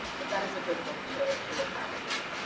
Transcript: but that is a good book to to look at, i think.